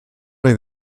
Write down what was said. oedd